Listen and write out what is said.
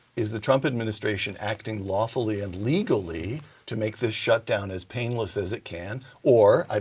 is the trump administration acting lawfully and legally to make this shutdown as painless as it can, or,